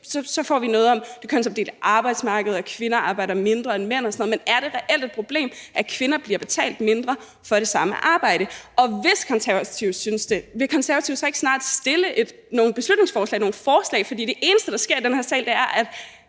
får vi noget om det kønsopdelte arbejdsmarked og om, at kvinder arbejder mindre end mænd og sådan noget, men er det reelt et problem, at kvinder bliver betalt mindre for det samme arbejde? Og hvis Konservative synes det, vil Konservative så ikke snart stille nogle forslag, fremsætte nogle beslutningsforslag, fordi det eneste, der sker i den her sal, er, at